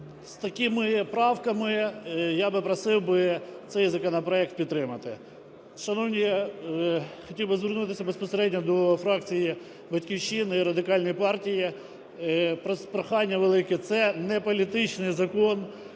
з такими правками я би просив цей законопроект підтримати. Шановні, хотів би звернутися безпосередньо до фракції "Батьківщина" і Радикальної партії, прохання велике. Це не політичний закон,